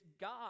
God